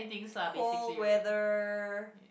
cold weather